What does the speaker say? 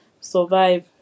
survive